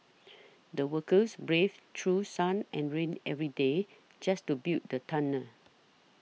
the workers braved through sun and rain every day just to build the tunnel